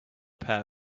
pair